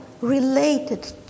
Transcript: related